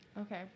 Okay